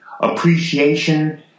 Appreciation